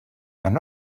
and